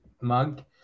mug